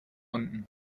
unten